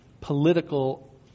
political